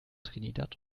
trinidad